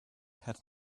had